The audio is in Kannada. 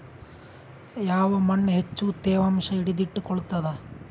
ಯಾವ್ ಮಣ್ ಹೆಚ್ಚು ತೇವಾಂಶ ಹಿಡಿದಿಟ್ಟುಕೊಳ್ಳುತ್ತದ?